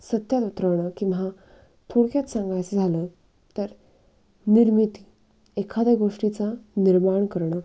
सत्यात उतरवणं किंवा थोडक्यात सांगायचं झालं तर निर्मिती एखाद्या गोष्टीचा निर्माण करणं